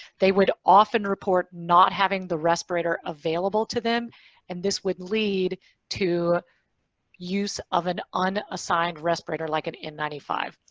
they would often report not having the respirator available to them and this would lead to use of an unassigned respirator, like an n nine five.